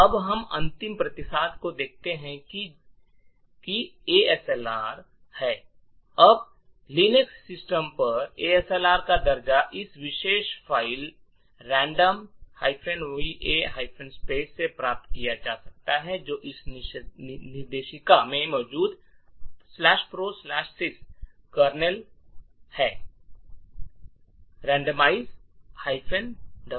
तो अब हम अंतिम प्रतिसाद को देखते हैं जो कि एएसएलआर है अब लिनक्स सिस्टम पर एएसएलआर का दर्जा इस विशेष फ़ाइल randomize va space से प्राप्त किया जा सकता है जो इस निर्देशिका में मौजूद proc sys kernel randomize va space है